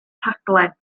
rhaglen